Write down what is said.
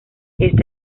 esta